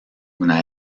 una